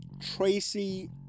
Tracy